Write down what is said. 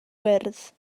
wyrdd